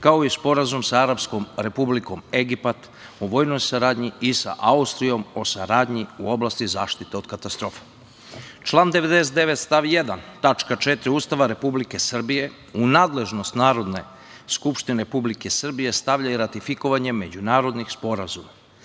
kao i Sporazum sa Arapskom Republikom Egipat o vojnom saradnji i sa Austrijom o saradnji u oblasti zaštite od katastrofa. Član 99. stav 1. tačka 4) Ustava Republike Srbije u nadležnost Narodne skupštine Republike Srbije stavlja i ratifikovanje međunarodnih sporazuma.